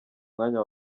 mwanya